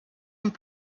amb